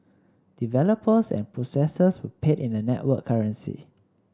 developers and processors were paid in the network currency